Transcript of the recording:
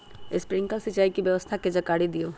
Sprinkler सिंचाई व्यवस्था के जाकारी दिऔ?